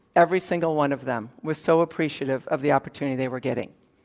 every single one of them was so appreciative of the opportunity they were getting.